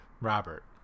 Robert